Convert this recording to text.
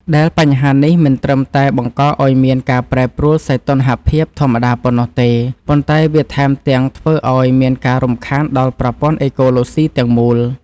ដែលបញ្ហានេះមិនត្រឹមតែបង្កឱ្យមានការប្រែប្រួលសីតុណ្ហភាពធម្មតាប៉ុណ្ណោះទេ ប៉ុន្តែវាថែមទាំងធ្វើឱ្យមានការរំខានដល់ប្រព័ន្ធអេកូឡូស៊ីទាំងមូល។